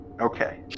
Okay